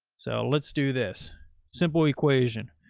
so let's do this simple equation.